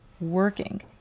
working